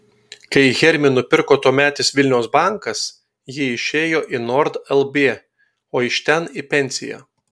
kai hermį nupirko tuometis vilniaus bankas ji išėjo į nord lb o iš ten į pensiją